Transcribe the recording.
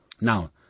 Now